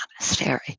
monastery